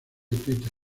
twitter